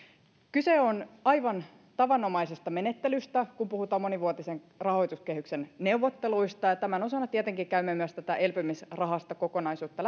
kyse on aivan tavanomaisesta menettelystä kun puhutaan monivuotisen rahoituskehyksen neuvotteluista ja tämän osana tietenkin käymme myös tätä elpymisrahastokokonaisuutta